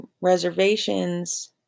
reservations